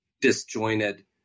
disjointed